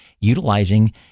utilizing